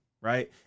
right